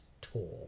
tour